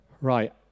Right